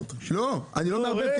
לא, אני לא מערבב.